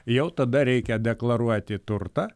jau tada reikia deklaruoti turtą